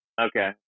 Okay